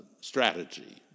strategy